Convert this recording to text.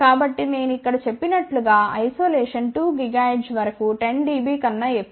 కాబట్టి నేను ఇక్కడ చెప్పినట్లు గా ఐసోలేషన్ 2 GHz వరకు 10 dB కన్నా ఎక్కువ